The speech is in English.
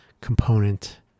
component